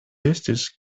estis